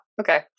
okay